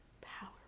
Power